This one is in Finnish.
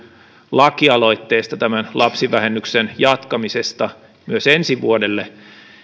lakialoitteesta tämän lapsivähennyksen jatkamisesta myös ensi vuodelle